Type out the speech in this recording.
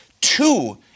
Two